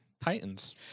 Titans